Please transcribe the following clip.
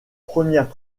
premières